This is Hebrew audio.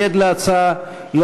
יש חבר כנסת שמתנגד להצעה?